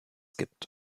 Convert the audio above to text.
gibt